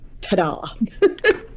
Ta-da